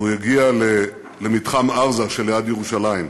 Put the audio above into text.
הוא הגיע למתחם ארזה שליד ירושלים.